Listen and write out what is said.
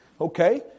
Okay